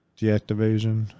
deactivation